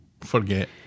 forget